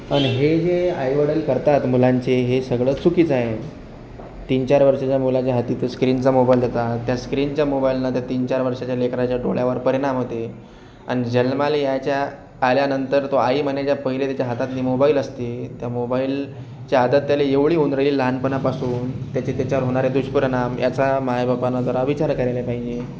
पण हे जे आईवडील करतात मुलांचे हे सगळं चुकीचं आहे तीन चार वर्षाच्या मुलाच्या हाती ते स्क्रीनचा मोबाइल देतात त्या स्क्रीनच्या मोबाइलनं त्या तीन चार वर्षाच्या लेकराच्या डोळ्यावर परिणाम होते आणि जन्माला याच्या आल्यानंतर तो आई म्हणायच्या पहिले त्याच्या हातातनी मोबाइल असते त्या मोबाइलच्या हातात त्याला एवढी होईन राहते लहानपणापासून त्याचे त्याच्यावर होणारे दुष्परिणाम याचा मायबापानं जरा विचार करायला पाहिजे